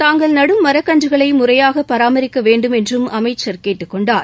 தாங்கள் நடும் மரக்கன்றுகளை முறையாக பராமரிக்க வேண்டும் என்றும் அமைச்சர் கேட்டுக் கொண்டார்